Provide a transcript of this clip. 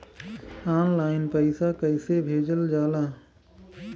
Online पैसा कैसे भेजल जाला?